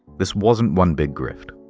this wasn't one big grift.